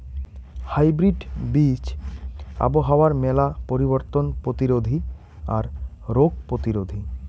hybrid বীজ আবহাওয়ার মেলা পরিবর্তন প্রতিরোধী আর রোগ প্রতিরোধী